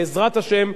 בעזרת השם,